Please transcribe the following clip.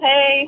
Hey